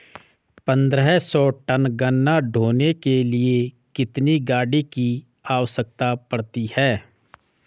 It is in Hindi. पन्द्रह सौ टन गन्ना ढोने के लिए कितनी गाड़ी की आवश्यकता पड़ती है?